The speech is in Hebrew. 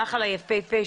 בנחל היפהפה,